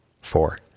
Four